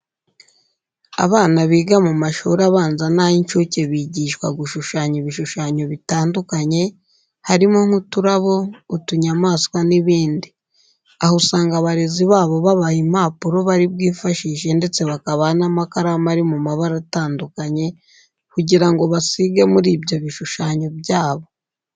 Abana biga mu mashuri abanza n'ay'inshuke bigishwa gushushanya ibishushanyo bitandukanye harimo nk'uturabo, utunyamaswa n'ibindi. Aha usanga abarezi babo babaha impapuro bari bwifashishe ndetse bakabaha n'amakaramu ari mu mabara atandukanye kugira ngo basige muri ibyo bishushanyo byabo.